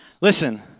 listen